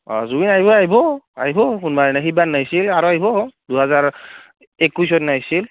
অ' জুবিন আহিব আহিব আহিব কোনোবা দিনা সেইবাৰ নাহিছিল আৰু আহিব দুহাজাৰ একৈছত নাহিছিল